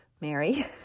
Mary